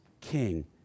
king